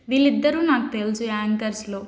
వీళ్ళిద్దరు నాకు తెలుసు యాంకర్స్లో